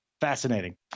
Fascinating